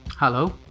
Hello